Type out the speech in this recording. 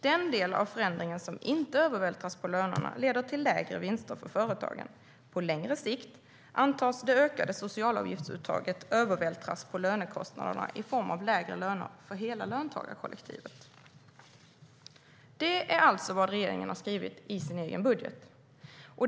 Den del av förändringen som inte övervältras på lönerna leder till lägre vinster för företagen. På längre sikt antas det ökade socialavgiftsuttaget övervältras på lönekostnaderna i form av lägre löner för hela löntagarkollektivet. "Det är alltså vad regeringen har skrivit i sin egen budgetproposition.